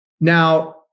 Now